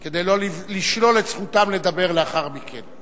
כדי שלא לשלול את זכותם לדבר לאחר מכן.